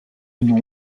nom